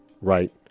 right